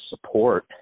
support